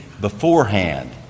beforehand